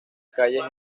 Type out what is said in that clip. calles